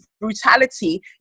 brutality